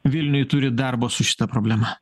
vilniuj turit darbo su šita problema